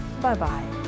Bye-bye